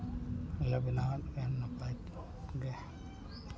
ᱟᱞᱮ ᱵᱮᱱᱟᱣᱟᱜ ᱢᱮᱭᱟ ᱱᱟᱯᱟᱭ ᱜᱮ